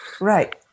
Right